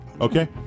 Okay